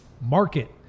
Market